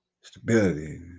stability